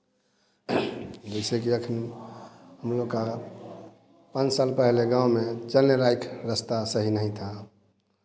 जैसे कि अखनि हम लोग का पाँच साल पहले गाँव में चलने लायक रस्ता सही नहीं था